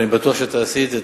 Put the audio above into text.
ואני בטוח שתעשי את זה,